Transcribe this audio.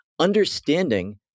Understanding